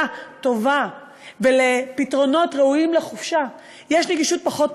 טובה ולפתרונות ראויים לחופשה יש נגישות פחות טובה,